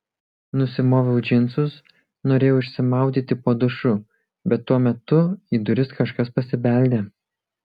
nusimoviau džinsus norėjau išsimaudyti po dušu bet tuo metu į duris kažkas pasibeldė